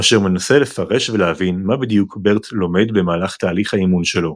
אשר מנסה לפרש ולהבין מה בדיוק BERT לומד במהלך תהליך האימון שלו.